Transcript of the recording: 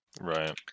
Right